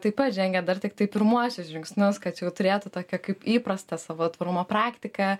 taip pat žengia dar tiktai pirmuosius žingsnius kad jau turėtų tokią kaip įprastą savo tvarumo praktiką